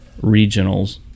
regionals